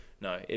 No